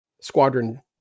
squadron